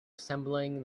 assembling